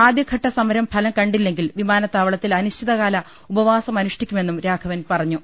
ആദ്യഘട്ട സമരം ഫലം കണ്ടില്ലെങ്കിൽ വിമാനത്താ വളത്തിൽ അനിശ്ചിതകാല ഉപവാസമനു ഷ്ഠിക്കു മെന്നും രാഘവൻ പറഞ്ഞു